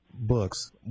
books